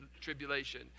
tribulation